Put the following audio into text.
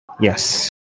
Yes